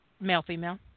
Male-female